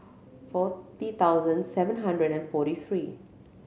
forty thousand seven hundred and forty three